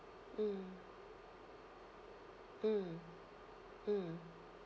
mm mm mm